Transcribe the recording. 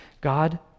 God